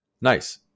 nice